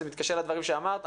זה מתקשר לדברים שאמרת,